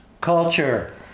culture